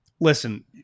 Listen